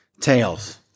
Tails